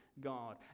God